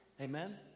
Amen